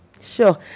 sure